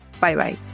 Bye-bye